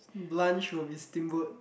lunch will be steamboat